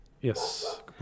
Yes